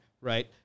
right